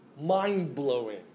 mind-blowing